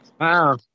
wow